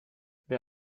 wer